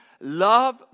Love